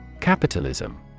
Capitalism